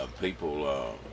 people